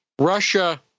Russia